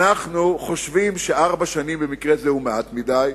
אנחנו חושבים שארבע שנים במקרה הזה הן מעט מדי,